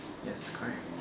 yes correct